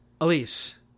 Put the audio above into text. Elise